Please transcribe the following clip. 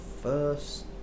first